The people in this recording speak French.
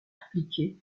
appliquées